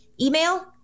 email